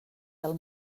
del